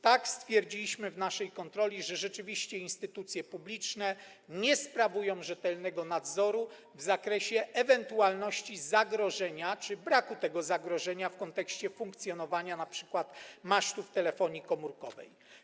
Tak, stwierdziliśmy w wyniku naszej kontroli, że rzeczywiście instytucje publiczne nie sprawują rzetelnego nadzoru w zakresie ewentualności zagrożenia czy też braku tego zagrożenia w kontekście funkcjonowania np. masztów telefonii komórkowej.